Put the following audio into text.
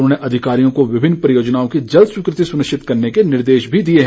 उन्होंने अधिकारियों को विभिन्न परियोजनाओं की जल्द स्वीकृति सुनिश्चित करने के निर्देश भी दिए हैं